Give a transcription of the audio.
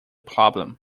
problem